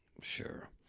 Sure